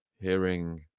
hearing